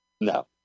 No